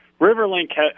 RiverLink